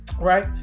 Right